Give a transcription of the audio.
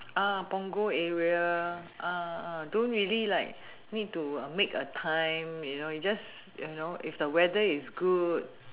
punggol area don't really like need to a make a time you know you just you know if the weather is good